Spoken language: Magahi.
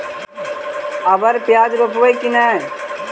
अबर प्याज रोप्बो की नय?